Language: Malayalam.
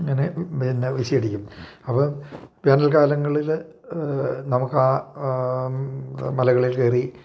ഇങ്ങനെ പിന്നെ വീശിയടിക്കും അപ്പം വേനൽ കാലങ്ങളിൽ നമുക്ക് ആ മലകളിൽ കയറി